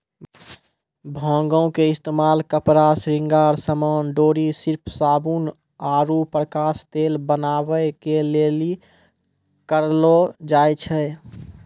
भांगो के इस्तेमाल कपड़ा, श्रृंगार समान, डोरी, सर्फ, साबुन आरु प्रकाश तेल बनाबै के लेली करलो जाय छै